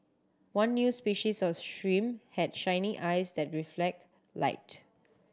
one new species of shrimp had shiny eyes that reflect light